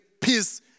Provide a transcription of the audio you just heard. peace